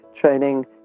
training